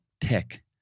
tech